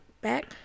back